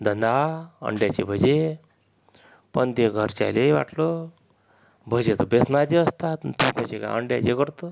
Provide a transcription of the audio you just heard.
धंदा अंड्याचे भजे पण ते घरच्याला वाटलं भजे तर बेसनाचे असतात भजे काय अंड्याचे करतं